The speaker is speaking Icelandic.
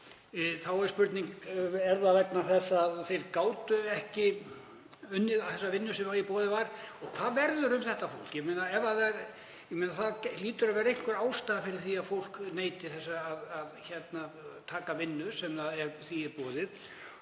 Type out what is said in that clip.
Þá er spurningin: Er það vegna þess að þeir gátu ekki unnið þá vinnu sem í boði var? Og hvað verður um þetta fólk? Það hlýtur að vera einhver ástæða fyrir því að fólk neiti að taka vinnu sem því er boðið.